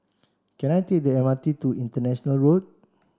can I take the M R T to International Road